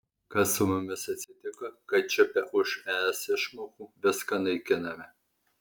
kas su mumis atsitiko kad čiupę už es išmokų viską naikiname